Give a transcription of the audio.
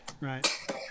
Right